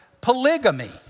polygamy